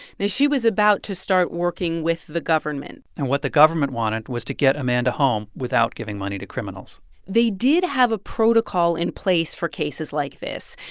she was about to start working with the government and what the government wanted was to get amanda home without giving money to criminals they did have a protocol in place for cases like this.